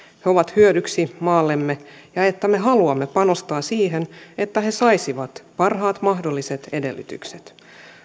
he ovat hyödyksi maallemme ja että me haluamme panostaa siihen että he saisivat parhaat mahdolliset edellytykset